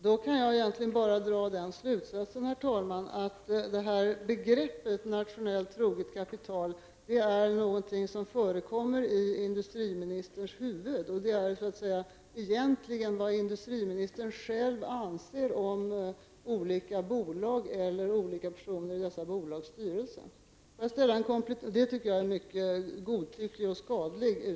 Herr talman! Då kan jag egentligen bara dra den slutsatsen att begreppet nationellt troget kapital är någonting som förekommer i industriministerns huvud. Det anger vad industriministern själv anser om olika bolag eller olika personer i dessa bolags styrelser. Det tycker jag är mycket godtyckligt och skadligt.